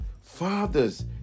fathers